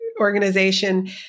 organization